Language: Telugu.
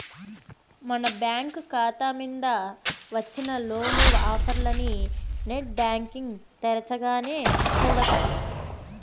మన బ్యాంకు కాతా మింద వచ్చిన లోను ఆఫర్లనీ నెట్ బ్యాంటింగ్ తెరచగానే సూడొచ్చు